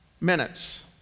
minutes